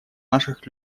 наших